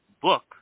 book